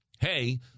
hey